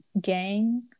gang